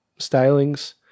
stylings